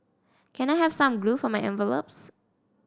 can I have some glue for my envelopes